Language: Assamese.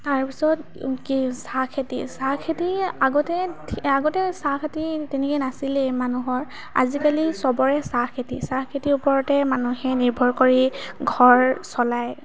তাৰপিছত কি চাহখেতি চাহখেতি আগতে আগতে চাহখেতি তেনেকৈ নাছিলেই মানুহৰ আজিকালি চবৰে চাহখেতি চাহখেতিৰ ওপৰতে মানুহে নিৰ্ভৰ কৰি ঘৰ চলায়